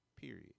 Period